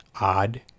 odd